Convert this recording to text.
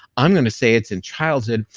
i'm gonna say it's in childhood.